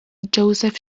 joseph